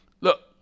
Look